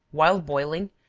while boiling,